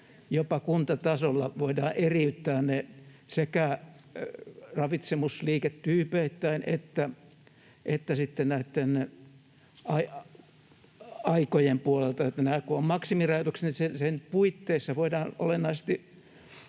jopa kuntatasolla voidaan eriyttää ne sekä ravitsemusliiketyypeittäin että sitten näitten aikojen osalta, niin että kun on maksimirajoitukset, niin niiden puitteissa voidaan olennaisesti